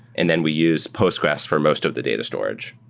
and then we use postgres for most of the data storage.